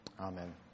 Amen